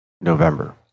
November